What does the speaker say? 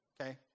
okay